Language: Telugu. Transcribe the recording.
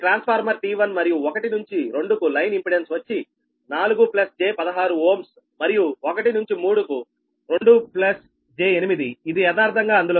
ఇది ట్రాన్స్ఫార్మర్ T1 మరియు 1 నుంచి 2 కు లైన్ ఇంపెడెన్స్ వచ్చి 4 j16 Ω మరియు 1 నుంచి 3 కు 2 j8ఇది యదార్ధంగా అందులో సగం